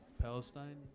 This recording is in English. Palestine